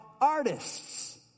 artists